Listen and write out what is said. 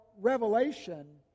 Revelation